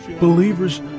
Believers